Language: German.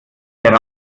der